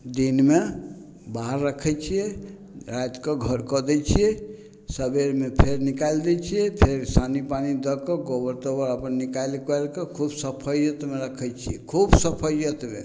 दिनमे बाहर रखै छिए रातिके घर कऽ दै छिए सबेरमे फेर निकालि दै छिए फेर सानी पानी दऽ कऽ गोबर तोबर अपन निकालि उकालिके खूब सफैअतमे रखै छिए खूब सफैअतमे